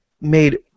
made